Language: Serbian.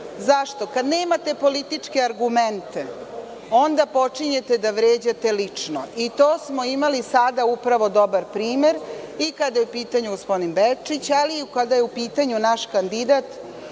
Zašto? Kad nemate političke argumente, onda počinjete da vređate lično. Za to smo imali sada upravo dobar primer i kada je u pitanju gospodin Bečić, ali i kada je u pitanju naš kandidat,